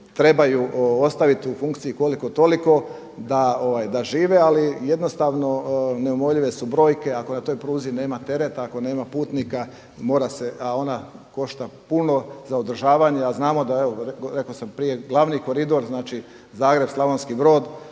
trebaju ostaviti u funkciji koliko toliko da žive. Ali jednostavno neumoljive su brojke. Ako na toj pruzi nema tereta, ako nema putnika mora se, a ona košta puno za održavanje, a znamo da evo rekao sam prije glavni koridor, znači Zagreb – Slavonski Brod